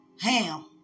Ham